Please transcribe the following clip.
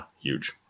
huge